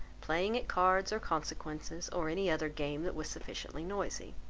playing at cards, or consequences, or any other game that was sufficiently noisy.